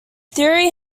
theory